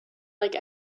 like